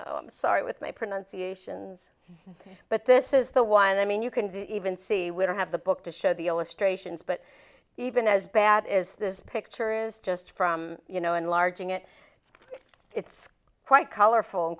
basket sorry with my pronunciations but this is the one i mean you can even see we don't have the book to show the illustrations but even as bad is this picture is just from you know enlarging it it's quite colorful